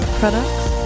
products